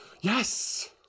Yes